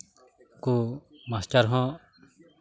ᱩᱱᱠᱩ ᱢᱟᱥᱴᱟᱨ ᱦᱚᱸ